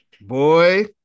Boy